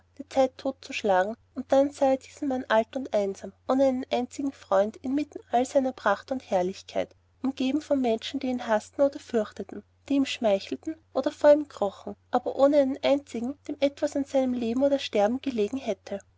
die zeit totzuschlagen und dann sah er diesen mann alt einsam ohne einen einzigen freund inmitten all seiner pracht und herrlichkeit umgeben von menschen die ihn haßten oder fürchteten die ihm schmeichelten oder vor ihm krochen aber ohne einen einzigen dem etwas an seinem leben oder sterben gelegen hätte